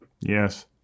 Yes